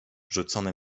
rzucone